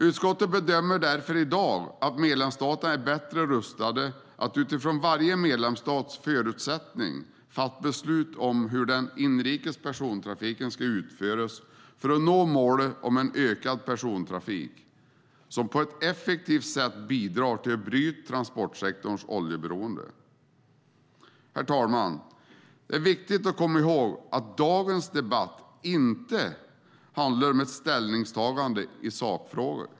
Utskottet bedömer därför i dag att medlemsstaterna är bättre rustade att utifrån varje medlemsstats förutsättningar fatta beslut om hur den inrikes persontrafiken ska utföras för att nå målen om en ökad persontrafik som på ett effektivt sätt bidrar till att bryta transportsektorns oljeberoende. Herr talman! Det är viktigt att komma ihåg att dagens debatt inte handlar om ett ställningstagande i sakfrågor.